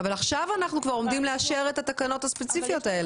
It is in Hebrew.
עכשיו אנחנו עומדים לאשר את התקנות הספציפיות האלה.